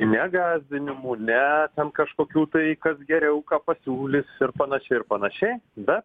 ne gąsdinimų ne ten kažkokių tai kas geriau ką pasiūlys ir panašiai ir panašiai bet